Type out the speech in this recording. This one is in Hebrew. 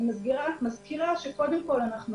אני מזכירה שקודם כל אנחנו